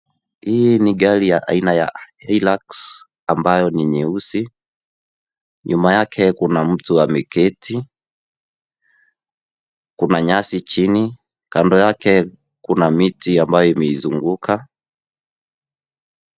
Hii ni gari ya aina ya Hillax ambayo ni nyeusi nyuma yake kuna mtu ameketi, kuna nyasi chini kando yake kuna miti ambayo imeizunguka.